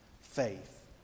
faith